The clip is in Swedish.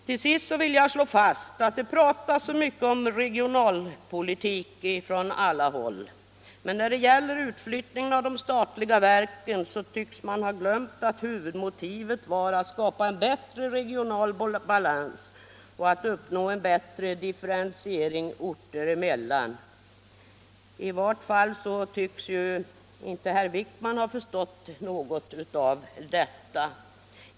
Till sist vill jag slå fast att det pratas så mycket om regionalpolitik från alla håll, men när det gäller flyttningen av statliga verk tycks man ha glömt att huvudmotivet var att skapa en bättre regional balans och att uppnå en bättre differentiering orter emellan. I varje fall tycks inte herr Wijkman ha förstått något av detta.